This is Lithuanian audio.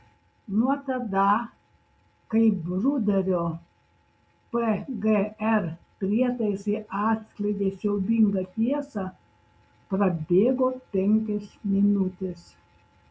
nuo tada kai bruderio pgr prietaisai atskleidė siaubingą tiesą prabėgo penkios minutės